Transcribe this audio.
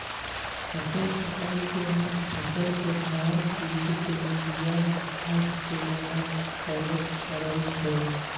फसल कटाइ के बाद फ़सल के झार पिट के बिया गाछ के अलग करे परै छइ